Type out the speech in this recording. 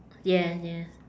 yes yes